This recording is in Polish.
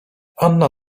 anna